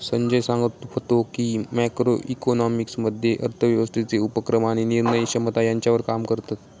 संजय सांगत व्हतो की, मॅक्रो इकॉनॉमिक्स मध्ये अर्थव्यवस्थेचे उपक्रम आणि निर्णय क्षमता ह्यांच्यावर काम करतत